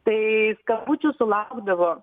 tai skambučių sulaukdavo